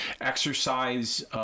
exercise